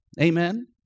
Amen